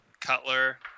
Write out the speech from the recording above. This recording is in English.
cutler